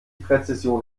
präzision